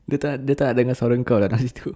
dia tak nak dia tak nak dengar suara kau lah kat situ